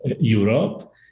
Europe